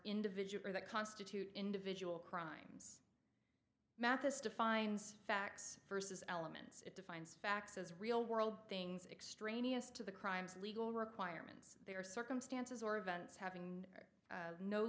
individual or that constitute individual crimes mathis defines facts versus elements it defines facts as real world things extraneous to the crimes legal requirements they are circumstances or events having